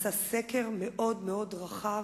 נעשה סקר מאוד רחב,